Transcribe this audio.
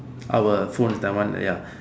our phones that one ya